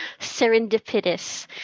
serendipitous